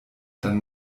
dann